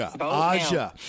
Aja